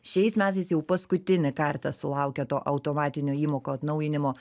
šiais metais jau paskutinį kartą sulaukia to automatinio įmokų atnaujinimo